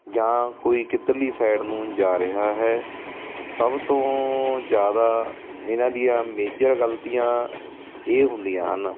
ਜਾਂ ਕੋਈ ਕਿੱਧਰਲੀ ਸਾਈਡ ਨੂੰ ਜਾ ਰਿਹਾ ਹੈ ਸਭ ਤੋਂ ਜ਼ਿਆਦਾ ਇਹਨਾਂ ਦੀਆਂ ਮੇਜਰ ਗਲਤੀਆਂ ਇਹ ਹੁੰਦੀਆਂ